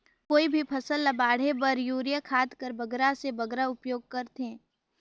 कोई भी फसल ल बाढ़े बर युरिया खाद कर बगरा से बगरा उपयोग कर थें?